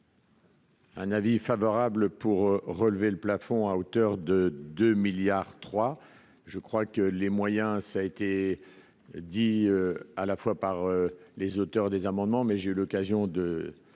Un avis favorable pour relever le plafond à hauteur de 2 milliards trois je crois que les moyens, ça a été dit à la fois par les auteurs des amendements mais j'ai eu l'occasion de